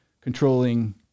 controlling